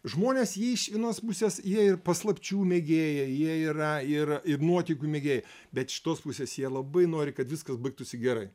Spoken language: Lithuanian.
žmonės jie iš vienos pusės jie ir paslapčių mėgėjai jie yra ir nuotykių mėgėjai bet iš kitos pusės jie labai nori kad viskas baigtųsi gerai